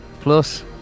plus